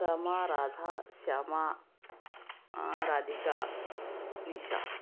Rama Radha Shyama Radhika Nisha